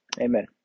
amen